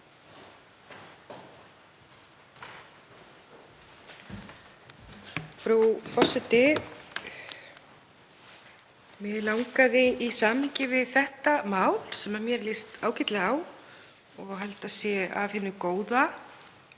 Frú forseti. Mig langaði í samhengi við þetta mál — sem mér líst ágætlega á og held að sé af hinu góða,